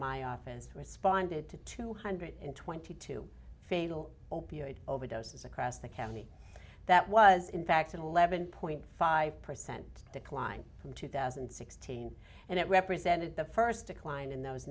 my office responded to two hundred twenty two fatal opioid overdoses across the county that was in fact an eleven point five percent decline from two thousand and sixteen and it represented the first decline in those